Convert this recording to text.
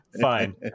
Fine